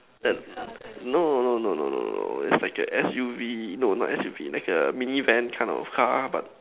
that no no no no no no its like a S_U_V no not S_U_V like a mini van kind of car but